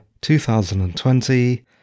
2020